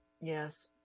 Yes